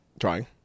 Trying